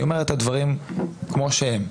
אני אומר את הדברים כמו שהם.